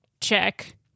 check